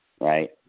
right